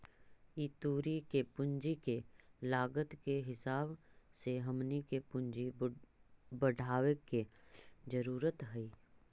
ई तुरी के पूंजी के लागत के हिसाब से हमनी के पूंजी बढ़ाबे के जरूरत हई